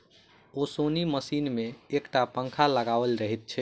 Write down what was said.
ओसौनी मशीन मे एक टा पंखा लगाओल रहैत छै